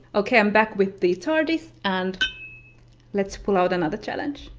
ok, i'm back with the tardis, and let's pull out another challenge.